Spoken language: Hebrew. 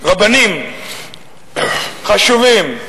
שרבנים חשובים,